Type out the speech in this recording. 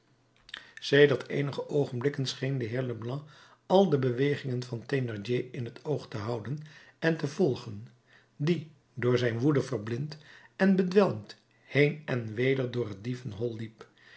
sedert eenige oogenblikken scheen de heer leblanc al de bewegingen van thénardier in t oog te houden en te volgen die door zijn woede verblind en bedwelmd heen en weder door het dievenhol liep